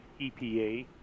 EPA